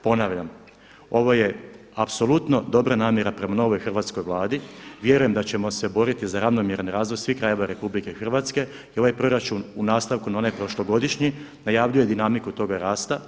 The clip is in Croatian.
Ponavljam, ovo je apsolutno dobra namjera prema novoj hrvatskoj Vladi, vjerujem da ćemo se boriti za ravnomjeran razvoj svih krajeva RH i ovaj proračun u nastanku na onaj prošlogodišnji najavljuje dinamiku toga rasta.